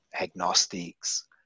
agnostics